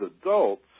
adults